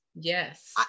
Yes